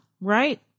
Right